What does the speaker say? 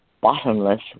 bottomless